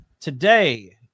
today